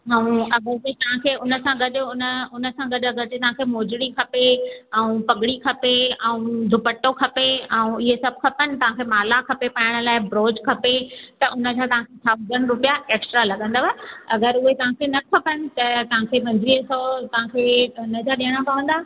ऐं अगिर जे तव्हांखे हुन सां गॾु अगरि जे तव्हांखे मोजड़ी खपे ऐं पगड़ी खपे ऐं दुपटो खपे ऐं हीउ सभु खपनि तव्हांखे माला खपे पाइणु लाइ ब्रॉच खपे त हुन ते थाउसंड रुपिया एक्स्ट्रा लॻंदव अगरि जे तव्हांखे न खपनि त तव्हांखे पंजवीह सौ तव्हांखे हिनजा ॾियणा पवंदा